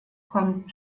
kommt